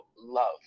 love